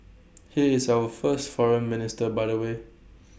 he is our first foreign minister by the way